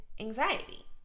anxiety